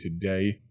today